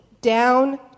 down